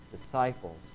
disciples